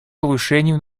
повышению